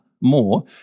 more